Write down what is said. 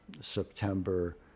September